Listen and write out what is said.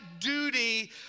duty